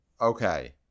Okay